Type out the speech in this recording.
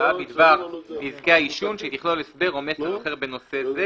למודעה בדבר נזקי העישון שתכלול הסבר או מסר אחר בנושא זה,